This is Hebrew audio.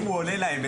אם הוא עולה להם,